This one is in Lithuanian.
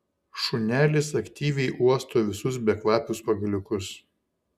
šunelis aktyviai uosto visus bekvapius pagaliukus